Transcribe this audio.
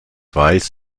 weiß